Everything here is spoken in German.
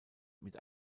mit